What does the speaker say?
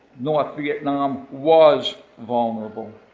north vietnam was vulnerable,